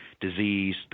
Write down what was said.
disease